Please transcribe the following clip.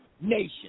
nation